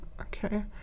Okay